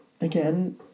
again